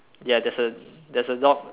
ya there's a there's a dog